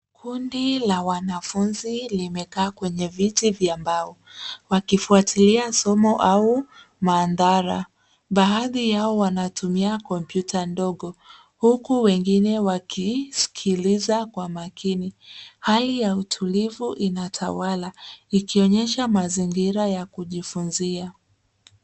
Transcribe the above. Kundi la wanafunzi limekaa kwenye viti vya mbao wakifuatilia somo au mandhara. Baadhi yao wanatumia kompyuta ndogo huku wengine wakisikiliza kwa makini. Hali ya utulivu inatawala ikionyesha mazingira ya kujifunzia.